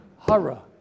Hara